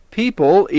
People